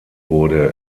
wurde